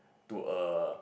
to a